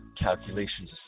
calculations